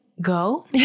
go